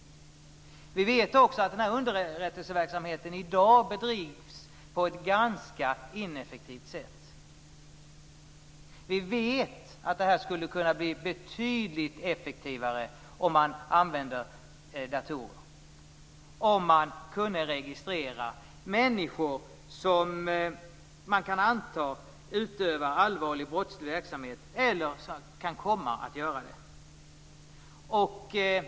Vi vet också att den underrättelseverksamheten i dag bedrivs på ett ganska ineffektivt sätt. Vi vet att verksamheten skulle kunna bli betydligt effektivare om man använde datorer, om man kunde registrera människor som man kan anta utövar allvarlig brottslig verksamhet eller kan komma att göra det.